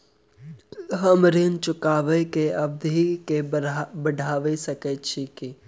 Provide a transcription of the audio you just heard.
हम ऋण चुकाबै केँ अवधि केँ बढ़ाबी सकैत छी की?